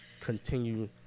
continue